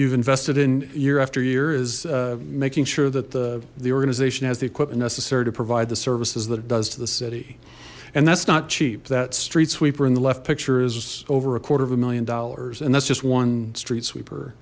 you've invested in year after year is making sure that the the organization has the equipment necessary to provide the services that it does to the city and that's not cheap that street sweeper in the left picture is over a quarter of a million dollars and that's just one street sweeper